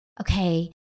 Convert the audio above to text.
okay